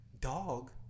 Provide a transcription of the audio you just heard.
Dog